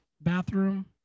bathroom